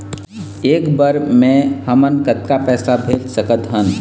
एक बर मे हमन कतका पैसा भेज सकत हन?